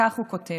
כך הוא כותב: